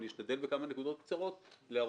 אני אשתדל בכמה נקודות קצרות להראות.